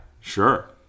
sure